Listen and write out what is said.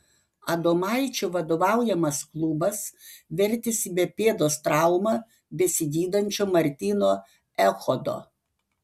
adomaičio vadovaujamas klubas vertėsi be pėdos traumą besigydančio martyno echodo